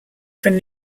from